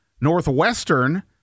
Northwestern